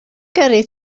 gyrru